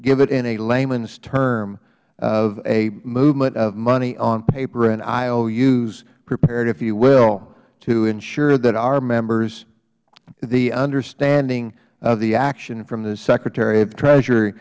give it in a layman's term of a movement of money on paper and ious prepared if you will to ensure that our members the understanding of the action from the secretary of the treasury